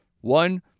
One